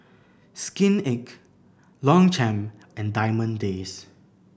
Skin Inc Longchamp and Diamond Days